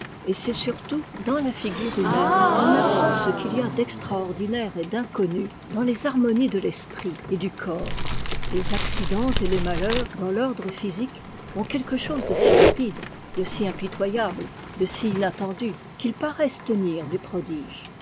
et c'est surtout dans la figure humaine qu'on apprend ce qu'il y a d'extraordinaine et d'inconnu dans les harmonies de l'esprit et du corps les accidents et les malheurs dans l'ordre physique ont quelque chose de si rapide de si impitoyable de si inattendu qu'ils paraissent tenir du prodige